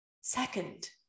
Second